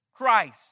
Christ